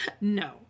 No